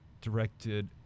directed